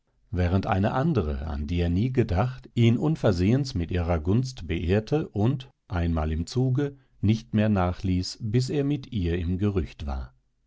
während eine andere an die er nie gedacht ihn unversehens mit ihrer gunst beehrte und einmal im zuge nicht mehr nachließ bis er mit ihr im gerücht war